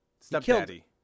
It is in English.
Stepdaddy